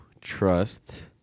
trust